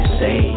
say